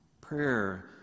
Prayer